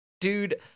Dude